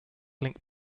link